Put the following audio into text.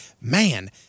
man